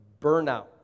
burnout